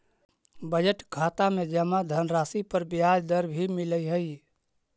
budget खाता में जमा धनराशि पर ब्याज दर भी मिलऽ हइ